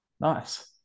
Nice